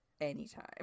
anytime